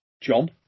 John